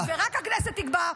ורק הכנסת תקבע,